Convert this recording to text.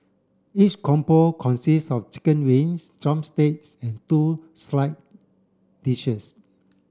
each combo consists of chicken wings drumsticks and two slide dishes